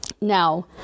now